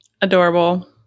Adorable